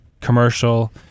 commercial